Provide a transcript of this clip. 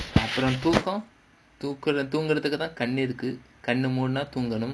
தூக்கம் தூங்குறதுக்குதான் கண்ணு இருக்கு கண்ணு மூடுனா தூங்கணும்:thookam thoongurathukkuthaan kannu irukku kannu moodunaa thoonganum